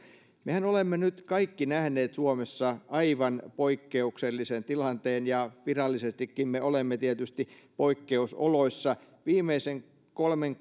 mehän olemme nyt kaikki nähneet suomessa aivan poikkeuksellisen tilanteen ja virallisestikin me olemme tietysti poikkeusoloissa viimeisen kolmen